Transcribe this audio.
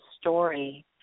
story